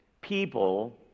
people